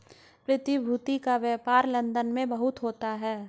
प्रतिभूति का व्यापार लन्दन में बहुत होता है